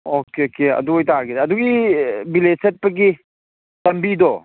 okay okay ꯑꯗꯨ ꯑꯣꯏꯇꯥꯔꯒꯗꯤ ꯑꯗꯨꯒꯤ ꯕꯤꯂꯦꯖ ꯆꯠꯄꯒꯤ ꯂꯝꯕꯤꯗꯣ